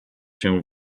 się